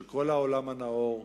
של כל העולם הנאור.